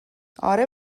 آره